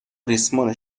ریسمان